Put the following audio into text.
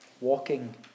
walking